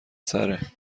سره